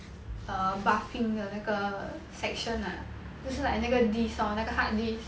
err bathing 的那个 section lah 就是 like 那个 disk lor 那个 hard disk